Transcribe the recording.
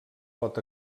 pot